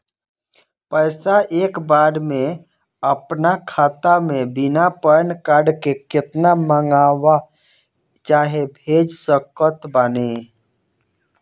पैसा एक बार मे आना खाता मे बिना पैन कार्ड के केतना मँगवा चाहे भेज सकत बानी?